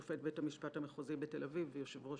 שופט בית המשפט המחוזי בתל-אביב ויושב-ראש